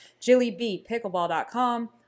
jillybpickleball.com